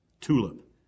Tulip